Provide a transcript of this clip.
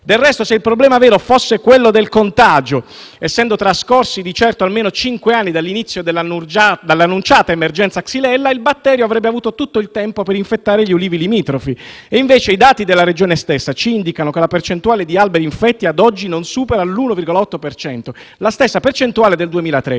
Del resto, se il problema vero fosse quello del contagio, essendo trascorsi di certo almeno cinque anni dall'annunciata emergenza xylella, il batterio avrebbe avuto tutto il tempo per infettare gli ulivi limitrofi. Invece i dati della Regione stessa ci indicano che la percentuale di alberi infetti ad oggi non supera l'1,8 per cento, la stessa percentuale del 2013.